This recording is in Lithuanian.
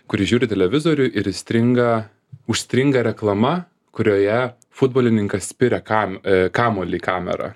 kuri žiūri televizorių ir įstringa užstringa reklama kurioje futbolininkas spiria kam kamuolį į kamerą